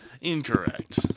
Incorrect